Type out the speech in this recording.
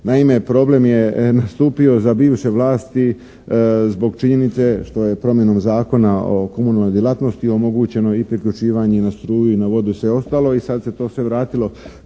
Naime, problem je nastupio za bivše vlasti zbog činjenice što je promjenom Zakona o komunalnoj djelatnosti omogućeno i priključivanje na struju i na vodu i sve ostalo i sad se sve vratilo